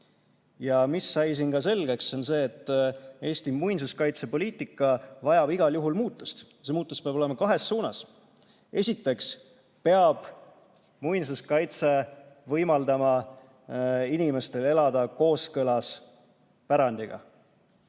mis sai siin ka selgeks, on see, et Eesti muinsuskaitsepoliitika vajab igal juhul muutust ja see muutus peab olema kahes suunas. Esiteks peab muinsuskaitse võimaldama inimestel elada kooskõlas pärandiga.